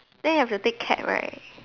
then you have to take cab right